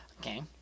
okay